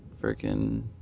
Freaking